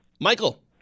Michael